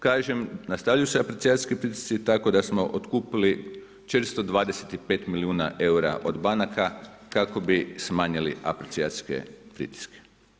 Kažem nastavljaju se aprecijacijski pritisci tako da smo otkupili 425 milijuna eura od banaka kako bi smanjili aprecijacijske pritiske.